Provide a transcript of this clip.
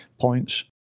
points